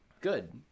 good